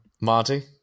Monty